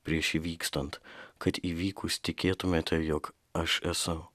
prieš įvykstant kad įvykus tikėtumėte jog aš esu